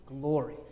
glory